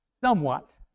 somewhat